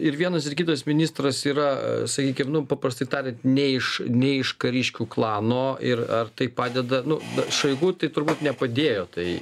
ir vienas ir kitas ministras yra sakykim nu paprastai tariant nei iš nei iš kariškių klano ir ar tai padeda nu šoigu tai turbūt nepadėjo tai